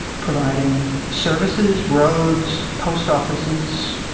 providing services, roads, post offices,